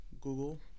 Google